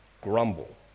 grumble